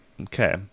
Okay